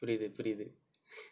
புரிந்து புரிந்து:purinthu purinthu